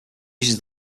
uses